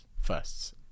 firsts